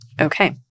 Okay